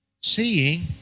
seeing